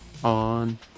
On